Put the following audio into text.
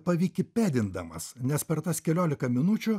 pavikipedindamas nes per tas keliolika minučių